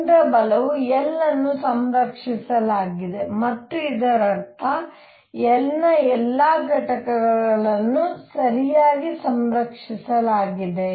ಕೇಂದ್ರ ಬಲವು L ಅನ್ನು ಸಂರಕ್ಷಿಸಲಾಗಿದೆ ಮತ್ತು ಇದರರ್ಥ L ನ ಎಲ್ಲಾ ಘಟಕಗಳನ್ನು ಸರಿಯಾಗಿ ಸಂರಕ್ಷಿಸಲಾಗಿದೆ